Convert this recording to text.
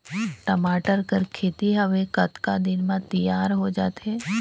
टमाटर कर खेती हवे कतका दिन म तियार हो जाथे?